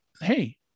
hey